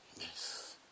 Yes